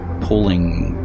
pulling